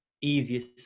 easiest